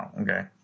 okay